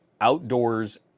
outdoors